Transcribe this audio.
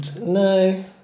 No